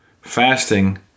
Fasting